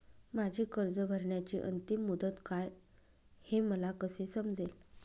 माझी कर्ज भरण्याची अंतिम मुदत काय, हे मला कसे समजेल?